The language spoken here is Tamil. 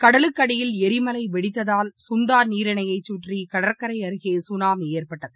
கடலுக்கடயில் ளிமலைவெடத்ததால் சுந்தாநீரிணையைசுற்றிகடற்கரைஅருகேசுனாமிஏற்பட்டது